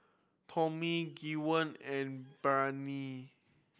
Tommie Gwen and Brianne